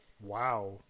Wow